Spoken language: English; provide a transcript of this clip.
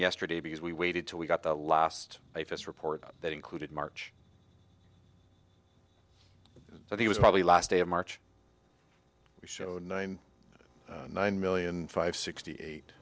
yesterday because we waited till we got the last report that included march that he was probably last day of march we show nine nine million five sixty eight